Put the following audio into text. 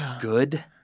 good